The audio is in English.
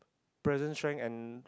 present strength and